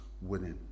winning